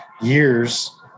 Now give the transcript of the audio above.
years